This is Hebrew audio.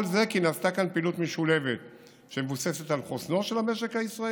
כל זה כי נעשתה כאן פעילות משולבת שמבוססת על חוסנו של המשק הישראלי,